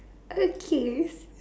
okay